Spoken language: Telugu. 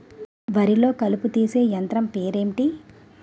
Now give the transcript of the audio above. వరి లొ కలుపు తీసే యంత్రం పేరు ఎంటి?